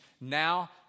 now